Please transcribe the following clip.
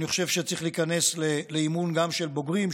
אני חושב שצריך להיכנס לאימון גם של בוגרים,